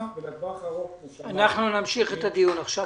הארוך --- אנחנו נמשיך את הדיון עכשיו,